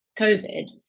COVID